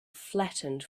flattened